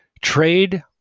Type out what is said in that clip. Trade